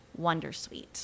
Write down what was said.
wondersuite